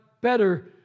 better